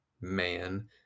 man